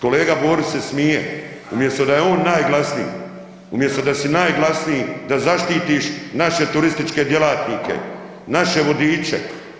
Kolega Borić se smije umjesto da je on najglasniji, umjesto da si najglasniji da zaštitiš naše turističke djelatnike, naše vodiče.